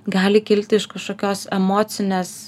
gali kilti iš kašokios emocinės